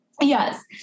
Yes